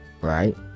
right